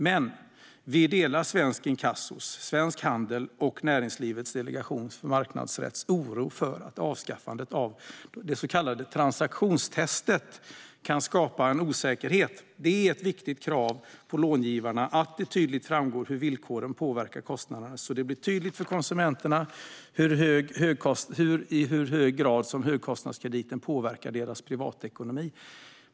Men vi delar oron från Svensk Inkasso, från Svensk Handel och från Näringslivets delegation för marknadsrätt över att avskaffandet av det så kallade transaktionstestet kan skapa en osäkerhet. Det är ett viktigt krav på långivarna att det tydligt framgår hur villkoren påverkar kostnaderna, så att det blir tydligt för konsumenterna i hur hög grad högkostnadskrediten påverkar deras privatekonomi.